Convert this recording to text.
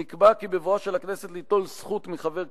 נקבע כי בבואה של הכנסת ליטול זכות מחבר הכנסת,